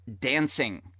dancing